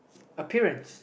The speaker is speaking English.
appearance